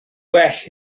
well